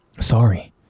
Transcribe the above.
Sorry